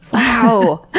wow.